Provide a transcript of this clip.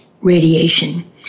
radiation